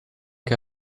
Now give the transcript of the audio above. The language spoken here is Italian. che